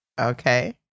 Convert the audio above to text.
Okay